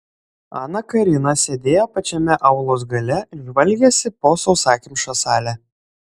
ana karina sėdėjo pačiame aulos gale ir žvalgėsi po sausakimšą salę